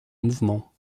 mouvements